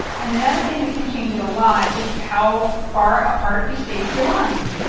and another thing that can change it a lot is how far apart you space your lines.